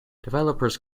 developers